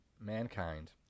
Mankind